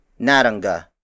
naranga